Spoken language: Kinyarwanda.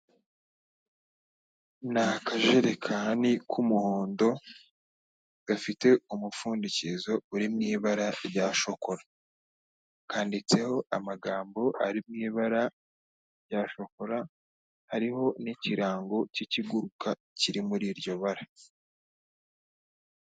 Ni akajerekani k'umuhondo gafite umupfundikizo uri mu ibara rya shokora. Kanditseho amagambo ari mu ibara rya shokora, hariho n'ikirango cy'ikiguruka kiri muri iryo bara.